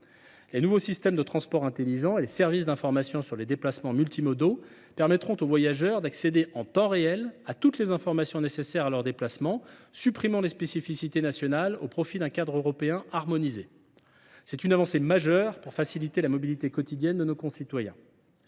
Les nouveaux systèmes de transport intelligents et les services d’information sur les déplacements multimodaux permettront aux voyageurs d’accéder en temps réel à toutes les informations nécessaires à leurs voyages, ce qui contribuera à faire disparaître les spécificités nationales au profit d’un cadre européen harmonisé. Il s’agit d’une avancée majeure pour la mobilité quotidienne de nos concitoyens.